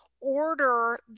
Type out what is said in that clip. order